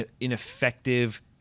ineffective